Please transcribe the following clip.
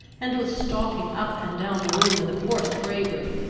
and was stalking up and down the room with a forced bravery,